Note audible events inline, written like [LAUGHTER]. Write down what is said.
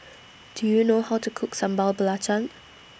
[NOISE] Do YOU know How to Cook Sambal Belacan